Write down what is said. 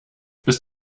bis